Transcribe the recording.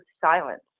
silence